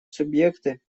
субъекты